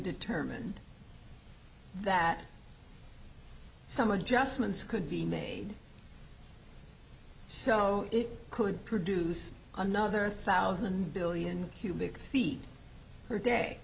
determined that some adjustments could be made so it could produce another thousand billion cubic feet per day